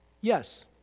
Yes